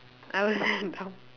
I was damn dumb